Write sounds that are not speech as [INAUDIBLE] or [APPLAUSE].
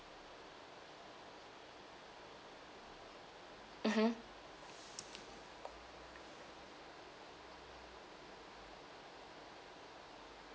mmhmm [BREATH]